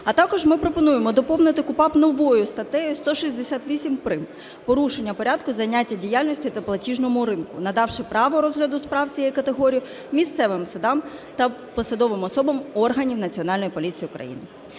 А також ми пропонуємо доповнити КУпАП новою статтею 168 прим. "Порушення порядку зайняття діяльністю на платіжному ринку", надавши право розгляду справ цієї категорії місцевим судам та посадовим особам органів Національної поліції України.